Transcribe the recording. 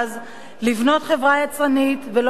לבנות חברה יצרנית ולא נתמכת,